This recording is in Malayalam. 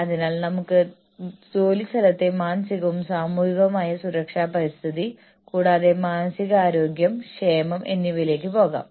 അതിനാൽ ഹ്രസ്വകാല പ്രോത്സാഹനങ്ങൾ ഹ്രസ്വകാല ഉൽപ്പാദനക്ഷമതയുടെ ഫലമായതിനാൽ അവയുടെ മൂല്യം ഹ്രസ്വകാലമാണ്